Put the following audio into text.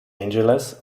angeles